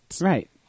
Right